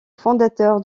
fondateur